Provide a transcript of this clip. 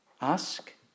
Ask